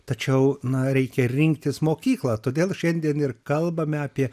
tačiau na reikia rinktis mokyklą todėl šiandien ir kalbame apie